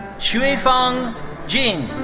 xuefeng jin.